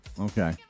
Okay